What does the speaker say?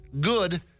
good